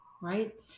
right